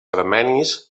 armenis